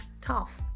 tough